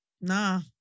nah